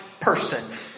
person